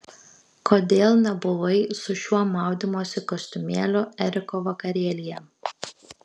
kodėl nebuvai su šiuo maudymosi kostiumėliu eriko vakarėlyje